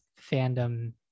fandom